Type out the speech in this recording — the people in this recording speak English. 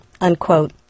unquote